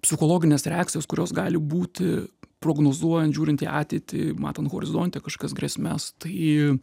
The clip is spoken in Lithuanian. psichologinės reakcijos kurios gali būti prognozuojant žiūrint į ateitį matant horizonte kažkokias grėsmes tai